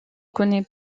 connaît